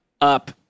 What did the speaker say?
up